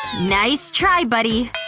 nice try, buddy!